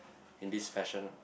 in this fashion lah